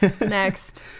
next